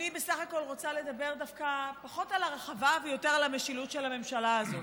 אני רוצה לדבר דווקא פחות על הרחבה ויותר על המשילות של הממשלה הזאת.